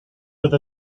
with